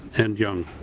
and young.